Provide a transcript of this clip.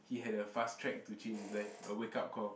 he had a fast track to change his life a wake up call